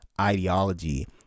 Ideology